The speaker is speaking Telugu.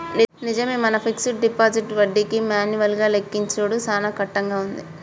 నిజమే మన ఫిక్స్డ్ డిపాజిట్ వడ్డీకి మాన్యువల్ గా లెక్కించుడు సాన కట్టంగా ఉంది